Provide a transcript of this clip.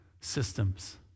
systems